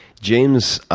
james, ah